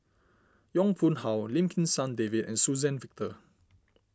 Yong Pung How Lim Kim San David and Suzann Victor